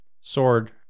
sword